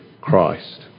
Christ